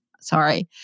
Sorry